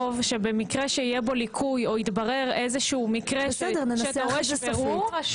שבמקרה שיהיה בו ליקוי או יתברר איזשהו מקרה שדורש בירור,